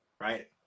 Right